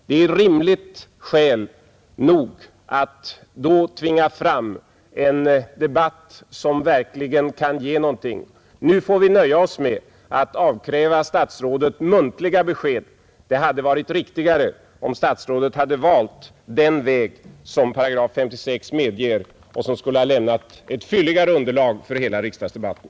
Det är skäl nog för att tvinga fram en debatt, som verkligen kan ge någonting. Nu får vi nöja oss med att avkräva statsrådet muntliga besked. Det hade varit riktigare om statsrådet hade valt den väg som § 56 medger och som skulle ha lämnat ett fylligare underlag för hela riksdagsdebatten.